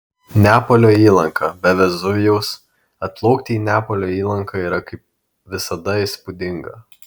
neapolio įlanka be vezuvijaus atplaukti į neapolio įlanką yra kaip visada įspūdinga